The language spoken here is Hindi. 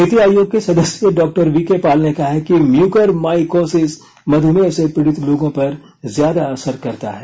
नीति आयोग के सदस्य डॉक्टर वीके पॉल ने कहा है कि म्यूकर माइकोसिस मधुमेह से पीड़ित लोगों पर ज्यादा असर करता है